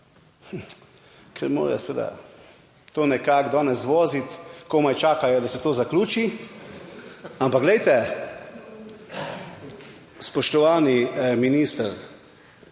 Ker mora seveda to nekako danes voziti, komaj čakajo, da se to zaključi. Ampak glejte, spoštovani minister,